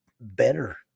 better